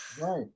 Right